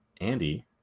Andy